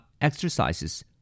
exercises